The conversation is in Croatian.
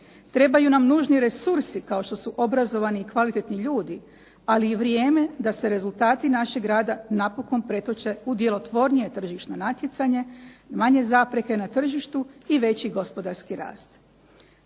Trebaju nam nužni resursi kao što su obrazovani i kvalitetni ljudi, ali i vrijeme da se rezultati našeg rada, napokon pretoče u djelotvornije tržišno natjecanje, manje zapreke na tržištu i veći gospodarski rast.